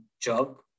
job